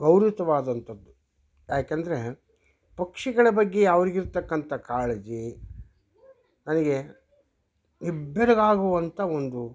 ಗೌರಯುತವಾದಂತದ್ದು ಯಾಕೆಂದರೆ ಪಕ್ಷಿಗಳ ಬಗ್ಗೆ ಅವರಿಗಿರ್ತಕ್ಕಂತ ಕಾಳಜಿ ನನಗೆ ನಿಬ್ಬೆರಗಾಗುವಂತ ಒಂದು